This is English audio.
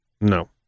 No